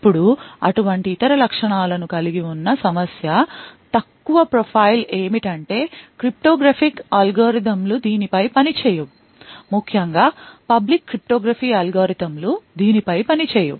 ఇప్పుడు అటువంటి ఇతర లక్షణాలను కలిగి ఉన్న సమస్య తక్కువ ప్రొఫైల్ ఏమిటంటే cryptographic అల్గోరిథంలు దీని పై పనిచేయవు ముఖ్యంగా పబ్లిక్ cryptography అల్గోరిథంలు దీని పై పనిచేయవు